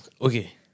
okay